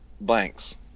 blanks